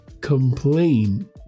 complain